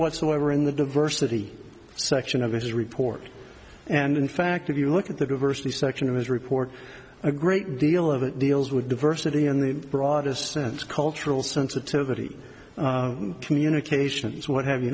whatsoever in the diversity section of his report and in fact if you look at the diversity section of his report a great deal of it deals with diversity in the broadest sense cultural sensitivity communications what have you